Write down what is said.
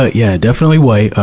ah yeah, definitely white, ah,